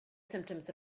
symptoms